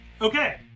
Okay